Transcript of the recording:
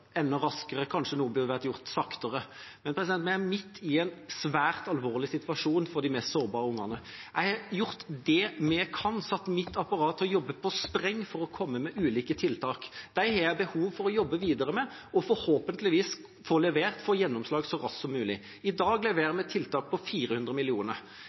enda raskere – kanskje noe burde vært gjort saktere. Men vi er midt i en svært alvorlig situasjon for de mest sårbare ungene. Jeg har gjort det vi kan, satt mitt apparat til å jobbe på spreng for å komme med ulike tiltak. De har jeg behov for å jobbe videre med, og forhåpentligvis få levert, få gjennomslag så raskt som mulig. I dag leverer vi tiltak på 400